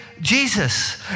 Jesus